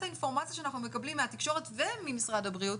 האינפורמציה שאנחנו מקבלים מהתקשורת וממשרד הבריאות,